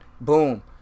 Boom